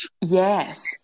Yes